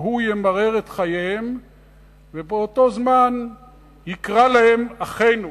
והוא ימרר את חייהם ובאותו זמן יקרא להם: אחינו.